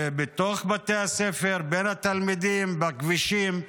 בתוך בתי הספר, בין התלמידים, בכבישים,